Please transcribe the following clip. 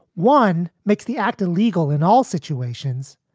one makes the act illegal in all situations.